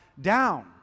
down